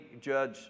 judge